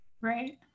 right